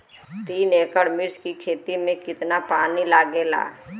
तीन एकड़ मिर्च की खेती में कितना पानी लागेला?